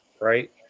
right